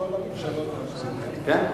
בכל הממשלות האחרונות הפערים גדלו.